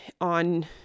on